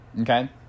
Okay